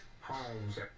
homes